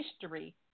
history